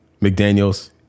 McDaniels